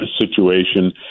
situation